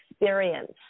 experience